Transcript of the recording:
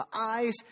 eyes